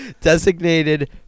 designated